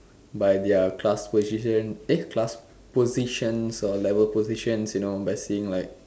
by their class position eh class positions or level positions you know by seeing like